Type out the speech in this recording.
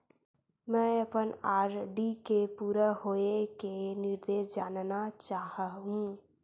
मैं अपन आर.डी के पूरा होये के निर्देश जानना चाहहु